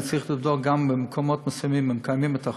אני צריך לבדוק גם אם במקומות מסוימים מקיימים את החוק,